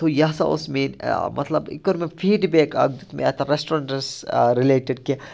تہٕ یہِ ہَسا اوس میٛٲنۍ مطلب یہِ کٔر مےٚ فیٖڈ بیک اَکھ دیُت مےٚ یَتھ رٮ۪سٹورنٛٹَس رِلیٹٕڈ کہِ